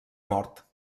mort